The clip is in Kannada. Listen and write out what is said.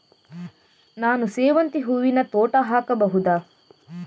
ನಾನು ಸೇವಂತಿ ಹೂವಿನ ತೋಟ ಹಾಕಬಹುದಾ?